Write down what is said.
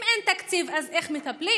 אם אין תקציב, אז איך מטפלים?